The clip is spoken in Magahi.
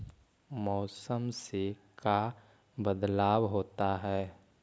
मौसम से का बदलाव होता है?